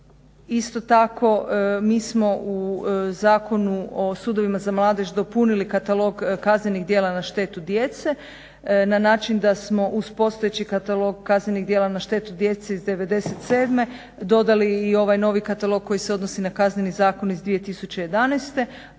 Isto tako mi smo u Zakonu o sudovima za mladež dopunili katalog kaznenih djela na štetu djece na način da smo uz postojeći katalog na štetu djece iz '97.dodali i ovaj novi katalog koji se odnosi na Kazneni zakon iz 2011.